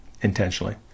intentionally